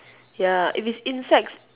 ya if it's insects